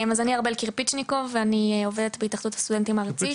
אז אני ארבל קירפיצ'ניקוב ואני עובדת בהתאחדות הסטודנטים הארצית,